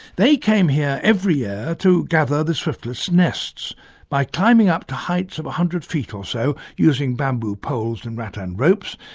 they came here every year to gather the swiftlets' nests by climbing up to heights of one hundred feet or so, using bamboo poles and rattan ropes,